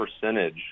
percentage